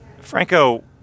franco